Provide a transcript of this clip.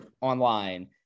online